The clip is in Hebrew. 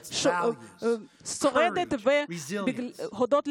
ישראל שורדת ומשגשגת הודות לערכים,